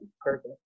Perfect